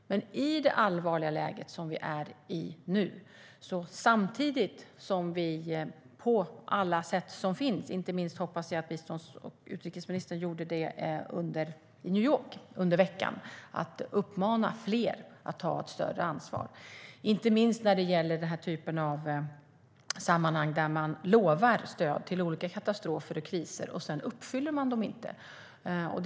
Men i det allvarliga läge som vi är i nu ska vi på alla möjliga sätt uppmana fler att ta större ansvar, och jag hoppas att biståndsministern och utrikesministern gjorde det i New York i veckan. Det finns problem i sammanhang där man lovar stöd till olika katastrofer och kriser men sedan inte uppfyller sina löften.